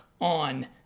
on